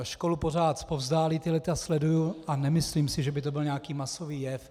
Školu pořád zpovzdálí sleduji a nemyslím si, že by to byl nějaký masový jev.